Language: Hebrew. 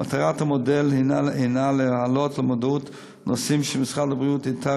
מטרת המודל הנה להעלות למודעות נושאים שמשרד הבריאות איתר